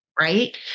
right